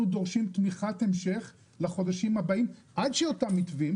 אנחנו דורשים תמיכת המשך לחודשים הבאים עד שאותם מתווים,